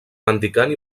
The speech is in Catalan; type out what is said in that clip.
mendicant